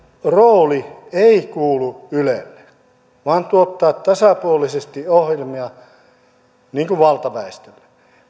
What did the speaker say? rooli ei kuulu ylelle vaan tuottaa tasapuolisesti ohjelmia valtaväestölle